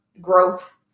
growth